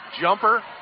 jumper